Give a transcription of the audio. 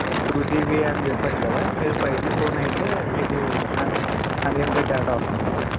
two GB అని చెప్పాను కదా మీరు ఫైవ్ జీ ఫోన్ అయితే మీకు అన్లిమిటెడ్ డేటా వస్తుంది